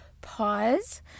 pause